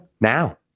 Now